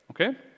okay